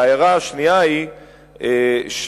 ההערה השנייה היא שכמובן,